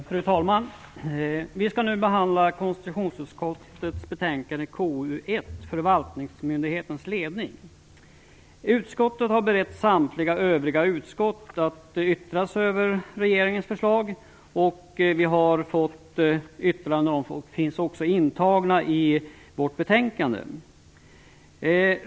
Fru talman! Vi skall nu behandla konstitutionsutskottets betänkande KU1, Förvaltningsmyndigheternas ledning. Utskottet har berett samtliga övriga utskott möjlighet att yttra sig över regeringens förslag och yttrandena finns också intagna i betänkandet.